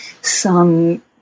sung